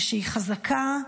ושהיא חזקה.